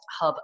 hub